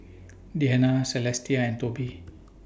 Deana Celestia and Tobi